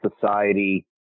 society